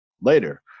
later